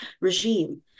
regime